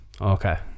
Okay